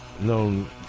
known